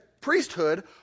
priesthood